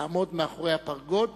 לעמוד מאחורי הפרגוד,